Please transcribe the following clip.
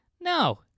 No